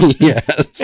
Yes